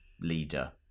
leader